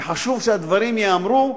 וחשוב שהדברים ייאמרו.